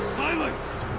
silence!